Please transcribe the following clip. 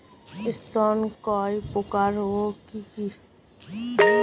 ঋণ কয় প্রকার ও কি কি?